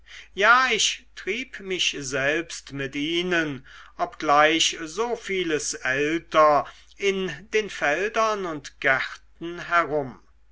ja ich trieb mich selbst mit ihnen obgleich so vieles älter in den feldern und gärten herum